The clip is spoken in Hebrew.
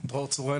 שמי דרור צוראל,